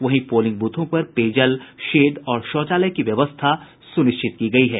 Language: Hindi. वहीं पोलिंग बूथों पर पेयजल शेड और शौचालय की व्यवस्था सुनिश्चित की गयी है